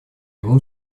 ему